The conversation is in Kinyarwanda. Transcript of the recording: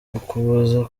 ukuboza